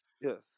yes